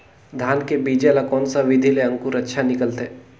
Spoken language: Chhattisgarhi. धान के बीजा ला कोन सा विधि ले अंकुर अच्छा निकलथे?